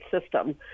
system